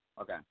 Okay